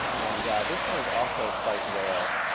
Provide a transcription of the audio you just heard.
and this one is also quite rare.